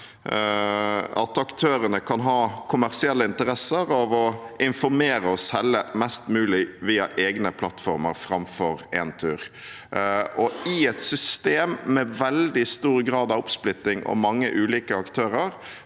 at aktørene kan ha kommersielle interesser av å informere og selge mest mulig via egne plattformer framfor Entur. I et system med veldig stor grad av oppsplitting og mange ulike aktører